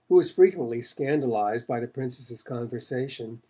was frequently scandalized by the princess's conversation,